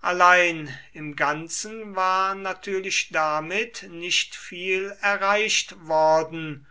allein im ganzen war natürlich damit nicht viel erreicht worden